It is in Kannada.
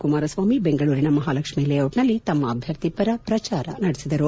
ಕುಮಾರಸ್ವಾಮಿ ಬೆಂಗಳೂರಿನ ಮಹಾಲಕ್ಷ್ಮೀ ಲೇಔಟ್ ನಲ್ಲಿ ತಮ್ಮ ಅಭ್ಯರ್ಥಿ ಪರ ಪ್ರಜಾರ ನಡೆಸಿದರು